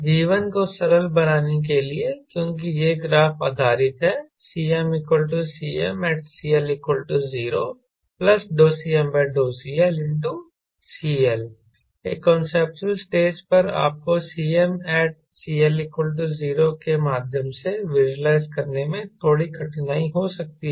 जीवन को सरल बनाने के लिए क्योंकि यह ग्राफ़ आधारित है CmCmatCL0CmCLCL एक कांसेप्चुअल स्टेज पर आपको CmatCL0 के माध्यम से विज़ुअलाइज करने में थोड़ी कठिनाई हो सकती है